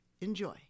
Enjoy